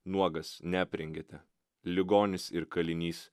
nuogas neaprengėte ligonis ir kalinys